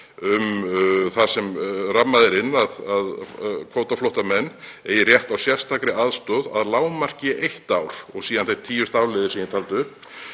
þar sem rammað er inn að kvótaflóttamenn eigi rétt á sérstakri aðstoð að lágmarki eitt ár, og síðan þeir tíu stafliðir sem ég taldi